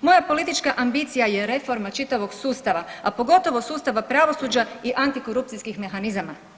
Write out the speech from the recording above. moja politička ambicija je reforma čitavog sustava, a pogotovo sustava pravosuđa i antikorupcijskih mehanizama.